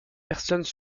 personnes